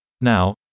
Now